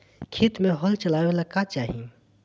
खेत मे हल चलावेला का चाही?